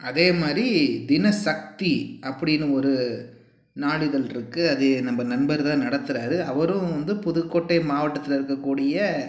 அதே மாதிரி தினசக்தி அப்படினு ஒரு நாளிதழிருக்கு அது நம் நண்பர் தான் நடத்தறார் அவரும் வந்து புதுக்கோட்டை மாவட்டத்தில் இருக்கக்கூடிய